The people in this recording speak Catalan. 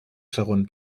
segon